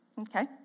okay